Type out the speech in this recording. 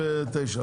לא הבנתי.